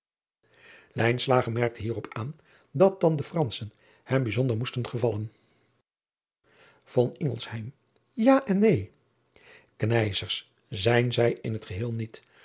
merkte hier op aan dat dan de ranschen hem bijzonder moesten gevallen a en neen nijzers zijn zij in het geheel niet